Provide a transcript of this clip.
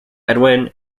edwin